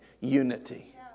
unity